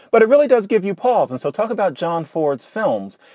but it really does give you pause. and so talk about john ford's films.